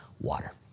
Water